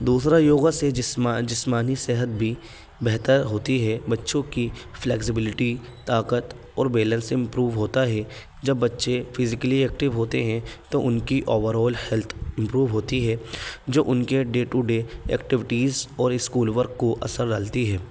دوسرا یوگا سے جسم جسمانی صحت بھی بہتر ہوتی ہے بچوں کی فلیکسیبلٹی طاقت اور بیلنس امپروو ہوتا ہے جب بچے فزیکلی ایکٹیو ہوتے ہیں تو ان کی اوور آل ہیلتھ امپروو ہوتی ہے جو ان کے ڈے ٹو ڈے ایکٹیوٹیز اور اسکول ورک کو اثر ڈالتی ہے